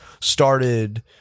started